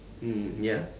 mm ya